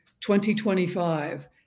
2025